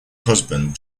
husband